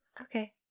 Okay